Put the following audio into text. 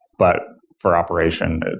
but for operation,